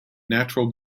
natural